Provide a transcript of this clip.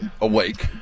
awake